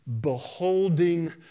beholding